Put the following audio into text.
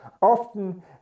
Often